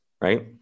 right